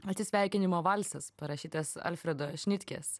atsisveikinimo valsas parašytas alfredo šnitkės